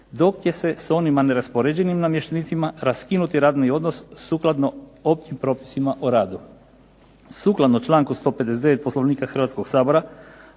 dok će se s onima neraspoređenim namještenicima raskinuti radni odnos sukladno općim propisima o radu.